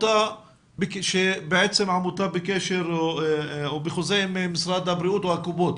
שהוא בעצם עמותה בקשר או בחוזה עם משרד הבריאות או הקופות,